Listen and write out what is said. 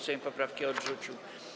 Sejm poprawki odrzucił.